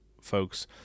folks